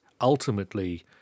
ultimately